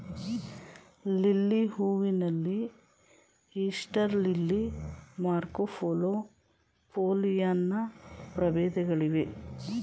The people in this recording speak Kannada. ಲಿಲ್ಲಿ ಹೂವಿನಲ್ಲಿ ಈಸ್ಟರ್ ಲಿಲ್ಲಿ, ಮಾರ್ಕೊಪೋಲೊ, ಪೋಲಿಯಾನ್ನ ಪ್ರಭೇದಗಳಿವೆ